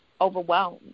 overwhelmed